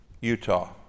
Utah